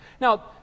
Now